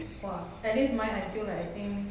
!wah! at least mine until like I think